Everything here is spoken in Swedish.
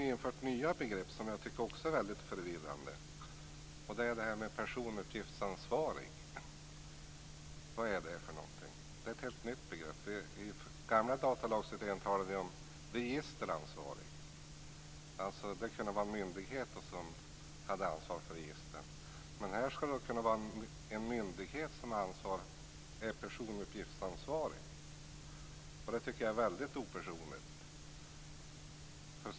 Där inför man nya begrepp som jag tycker är väldigt förvirrande. Det gäller detta med personuppgiftsansvarig. Vad är det för någonting? Det är ett helt nytt begrepp. I den gamla datalagsutredningen talade vi om registeransvarig. Det kunde vara en myndighet som hade ansvar för registren. Men här skall det kunna vara en myndighet som är personuppgiftsansvarig. Det tycker jag är väldigt opersonligt.